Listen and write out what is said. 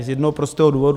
Z jednoho prostého důvodu.